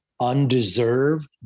undeserved